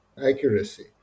Accuracy